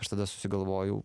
aš tada susigalvojau